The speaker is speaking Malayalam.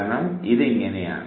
കാരണം ഇത് ഇങ്ങനെയാണ്